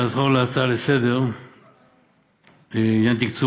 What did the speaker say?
נחזור להצעה לסדר-היום בעניין תקצוב